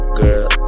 girl